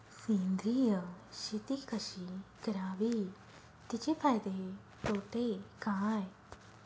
सेंद्रिय शेती कशी करावी? तिचे फायदे तोटे काय?